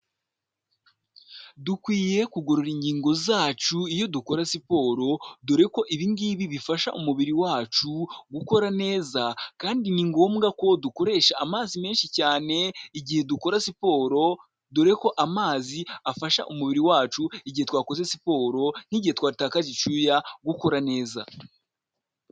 Dukwiye kugorora ingingo zacu iyo dukora siporo, dore ko ibi ngibi bifasha umubiri wacu gukora neza kandi ni ngombwa ko dukoresha amazi menshi cyane igihe dukora siporo, dore ko amazi afasha umubiri wacu igihe twakoze siporo n'igihe twatakaje icyuya gukora neza.